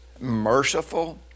merciful